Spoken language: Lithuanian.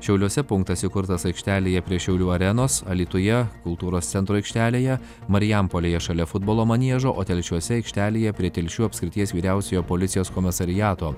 šiauliuose punktas įkurtas aikštelėje prie šiaulių arenos alytuje kultūros centro aikštelėje marijampolėje šalia futbolo maniežo o telšiuose aikštelėje prie telšių apskrities vyriausiojo policijos komisariato